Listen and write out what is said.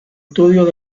estudios